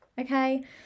Okay